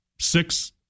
six